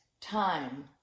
time